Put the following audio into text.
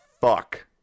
fuck